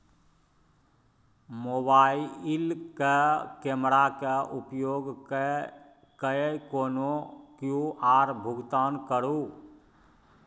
मोबाइलक कैमराक उपयोग कय कए कोनो क्यु.आर भुगतान करू